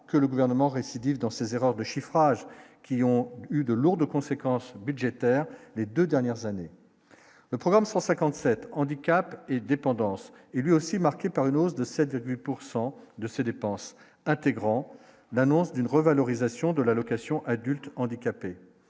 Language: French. que le gouvernement récidive dans ses erreurs de chiffrages qui ont eu de lourdes conséquences budgétaires, les 2 dernières années, le programme 157 Handicap et dépendance est lui aussi marqué par une hausse de 7 pourcent de ses dépenses, intégrant l'annonce d'une revalorisation de l'allocation adulte handicapé